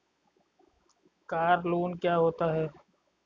Car loan क्या होता है?